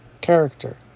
character